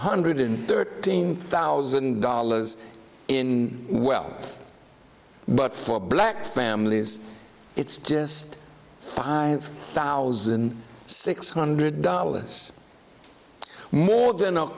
hundred thirteen thousand dollars in wealth but for black families it's just five thousand six hundred dollars more than a